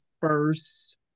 first